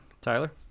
Tyler